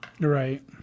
Right